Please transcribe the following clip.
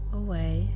away